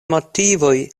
motivoj